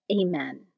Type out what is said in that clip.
Amen